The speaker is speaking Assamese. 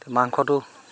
মাংসটো